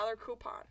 coupon